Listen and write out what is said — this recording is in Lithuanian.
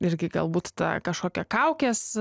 irgi galbūt ta kažkokia kaukės